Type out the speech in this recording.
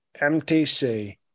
MTC